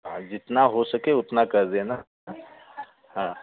हाँ जितना हो सके उतना कर देना हाँ